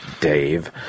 Dave